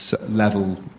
level